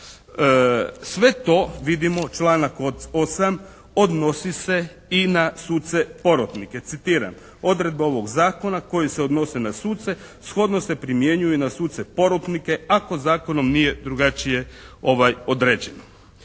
Sve to vidimo članak od 8. odnosi se i na suce porotnike. Citiram: «Odredbe ovog zakona koje se odnose na suce shodno se primjenjuju i na suce porotnike ako zakonom nije drugačije određeno.»